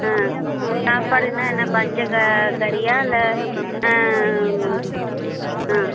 ஆ சாப்பாடுன்னா என்ன பச்சை க கறியா இல்லை ஆ